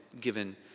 given